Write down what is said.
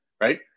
right